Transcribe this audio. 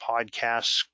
Podcasts